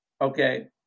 okay